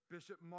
Bishop